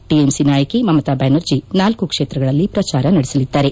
TMC ನಾಯಕಿ ಮಮತಾ ಬ್ಯಾನರ್ಜಿ ಳ ಕ್ಷೇತ್ರಗಳಲ್ಲಿ ಪ್ರಚಾರ ನಡೆಸಲಿದ್ದಾರೆ